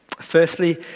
Firstly